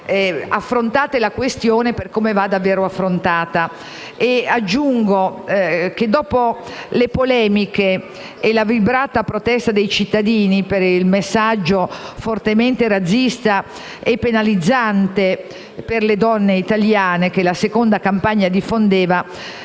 affrontare la questione come va fatto veramente. Aggiungo che le polemiche e la vibrata protesta dei cittadini per il messaggio fortemente razzista e penalizzante per le donne italiane, che la seconda campagna diffondeva,